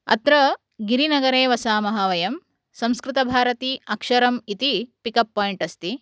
अत्र गिरिनगरे वसामः वयं संस्कृतभारती अक्षरम् इति पिकप् पाय्न्ट् अस्ति